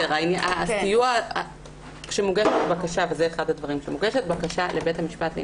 כשמוגשת בקשה,